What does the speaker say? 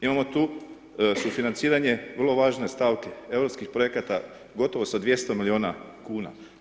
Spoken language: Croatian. Imamo tu sufinanciranje vrlo važne stavke, europskih projekata gotovo sa 200 milijuna kuna.